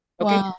okay